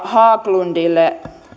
haglundille